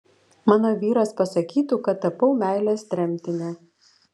mano vyras pasakytų kad tapau meilės tremtine